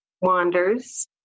wanders